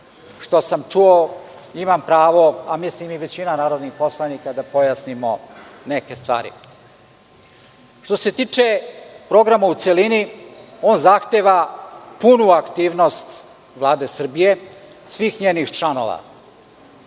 što sam čuo, imam pravo, a mislim i većina narodnih poslanika da pojasnimo neke stvari. Što se tiče programa u celini on zahteva punu aktivnost Vlade Srbije, svih njenih članova.